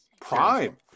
Prime